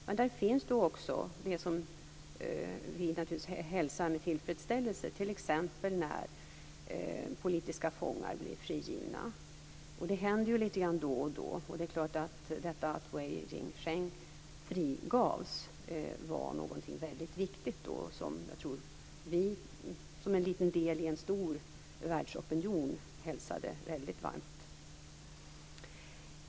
Men det finns också sådant som vi naturligtvis hälsar med tillfredsställelse, t.ex. när politiska fångar blir frigivna, vilket händer litet då och då. Det är klart att detta att Wei Jinsheng frigavs var någonting mycket viktigt, som vi som en liten del i en stor världsopinion hälsade väldigt varmt.